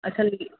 اصل